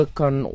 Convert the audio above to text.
kan